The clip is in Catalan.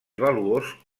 valuós